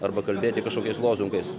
arba kalbėti kažkokias lozungas